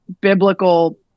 biblical